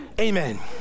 Amen